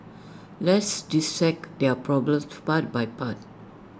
let's dissect their problem part by part